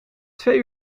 twee